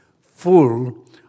full